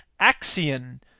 axion